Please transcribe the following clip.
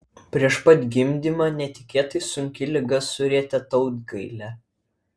prieš pat gimdymą netikėtai sunki liga surietė tautgailę